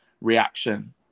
reaction